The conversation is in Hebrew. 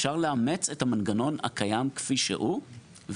אפשר לאמץ את המנגנון הקיים כפי שהוא,